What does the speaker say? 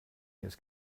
his